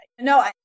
No